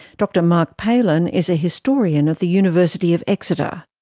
dr marc palen is a historian at the university of exeter.